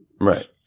right